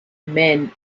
men